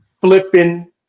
flipping